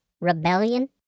rebellion